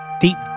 deep